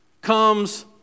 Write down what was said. comes